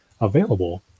available